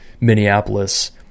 minneapolis